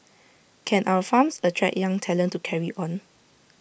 can our farms attract young talent to carry on